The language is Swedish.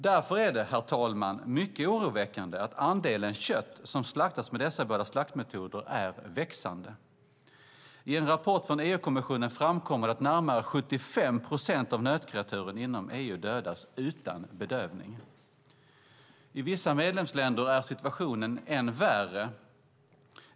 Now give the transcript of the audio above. Därför är det, herr talman, mycket oroväckande att andelen kött som slaktats med dessa båda slaktmetoder är växande. I en rapport från EU-kommissionen framkommer det att närmare 75 procent av nötkreaturen inom EU dödas utan bedövning. I vissa medlemsländer är situationen än värre.